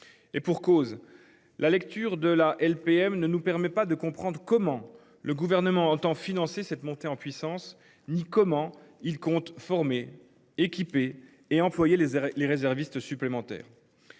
Et pour cause. La lecture de la LPM ne nous permet pas de comprendre comment le gouvernement entend financer cette montée en puissance, ni comment il compte former, équiper et employer les les réservistes supplémentaires.